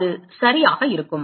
அது சரியா இருக்கும்